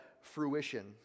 fruition